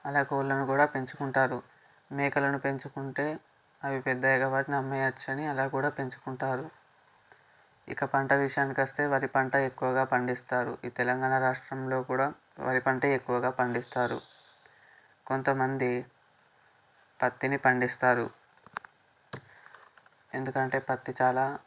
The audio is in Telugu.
అలా కోళ్ళను కూడా పెంచుకుంటారు మేకలను పెంచుకుంటే అవి పెద్దయ్యాక వాటిని అమ్మేయ వచ్చని అలా కూడా పెంచుకుంటారు ఇక పంట విషయానికి వస్తే వరి పంట ఎక్కువగా పండిస్తారు ఈ తెలంగాణ రాష్ట్రంలో కూడా వరి పంట ఎక్కువగా పండిస్తారు కొంతమంది పత్తిని పండిస్తారు ఎందుకంటే పత్తి చాలా